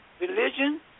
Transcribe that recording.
religion